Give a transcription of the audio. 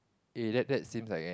eh that that seems like an